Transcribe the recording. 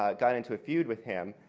ah got into a feud with him,